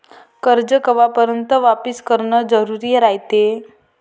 कर्ज कवापर्यंत वापिस करन जरुरी रायते?